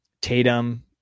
Tatum